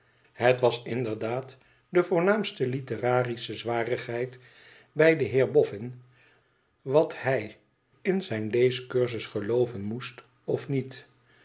het was inderdaad de voornaamste litterarische zwarigheid bij den heer boffin wat hij in zijn leescursus gelooven moest of niet